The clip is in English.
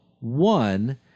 one